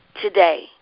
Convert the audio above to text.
today